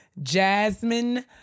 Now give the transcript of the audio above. Jasmine